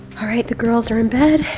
alright the girls are in bed.